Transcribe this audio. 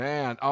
Man